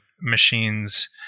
machines